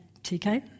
TK